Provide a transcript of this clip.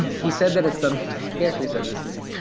he said that it's done he actually said this to me.